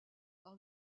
par